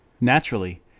naturally